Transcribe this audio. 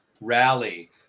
rally